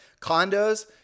condos